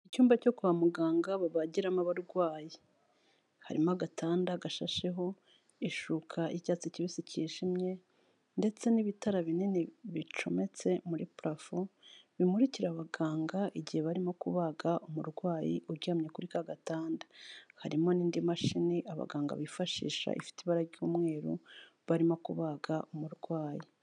Icyumba cyo kwa muganga babagiramo abarwayi. Harimo agatanda gashasheho ishuka y'icyatsi kibisi kijimye, ndetse n'ibitara binini bicometse muri purafo, bimurikira abaganga igihe barimo kubaga umurwayi uryamye kuri kagatanda. Harimo n'indi mashini abaganga bifashisha ifite ibara ry'umweru, barimo kubaga umurwayi.